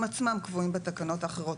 ותלמידים עולים שהם בשיעורי עברית זה בחריג.